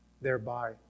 thereby